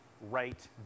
right